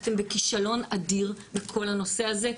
אתם בכישלון אדיר בכל הנושא הזה,